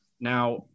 now